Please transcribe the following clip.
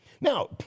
Now